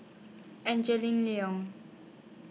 Liong